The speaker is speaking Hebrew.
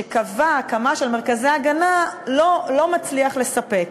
שקבע הקמת מרכזי הגנה, לא מצליח לספק.